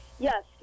Yes